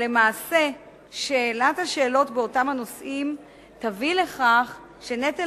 למעשה שאילת השאלות באותם הנושאים תביא לכך שנטל